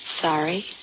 Sorry